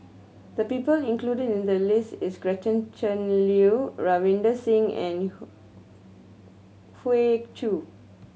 the people included in the list is Gretchen Liu Ravinder Singh and Hoey Choo